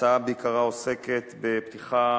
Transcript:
ההצעה בעיקרה עוסקת בפתיחה